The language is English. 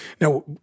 Now